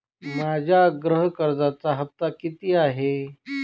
माझ्या गृह कर्जाचा हफ्ता किती आहे?